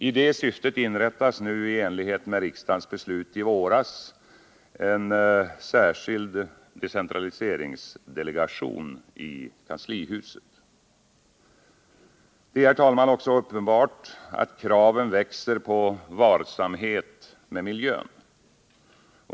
I det syftet inrättas nu i enlighet med riksdagens beslut i våras en särskild decentraliseringsdelegation i kanslihuset. Det är, herr talman, också uppenbart att kraven växer på varsamhet med miljön.